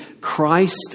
Christ